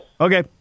Okay